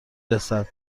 رسد